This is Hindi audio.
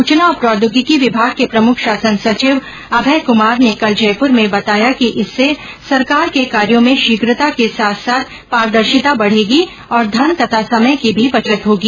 सूचना और प्रौद्योगिकी विभाग के प्रमुख शासन सचिव अभय कुमार ने कल जयपुर में बताया कि इससे सरकार के कार्यो में शीघता के साथ साथ पारदर्शिता बढेगी और धन तथा समय की भी बचत होगी